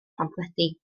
phamffledi